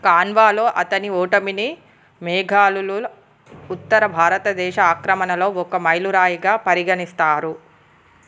ఖాన్వాలో అతని ఓటమిని మొఘలుల ఉత్తర భారతదేశ ఆక్రమణలో ఒక మైలురాయిగా పరిగణిస్తారు